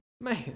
Man